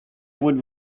would